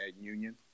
union